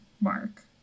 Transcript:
Mark